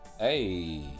Hey